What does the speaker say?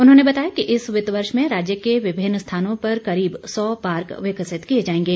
उन्होंने बताया कि इस वित्त वर्ष में राज्य के विभिन्न स्थानों पर करीब सौ पार्क विकसित किए जाएंगे